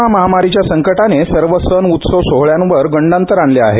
corona महामारीच्या संकटाने सर्व सण उत्सव सोहळ्यावर गंडातर आले आहे